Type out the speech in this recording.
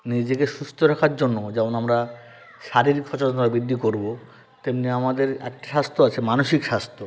নিজেকে সুস্থ রাখার জন্য যেমন আমরা শারীরিক সচেতনতা বৃদ্ধি করব তেমনি আমাদের একটা স্বাস্থ্য আছে মানসিক স্বাস্থ্য